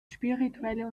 spirituelle